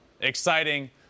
exciting